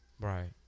Right